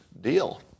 deal